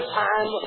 time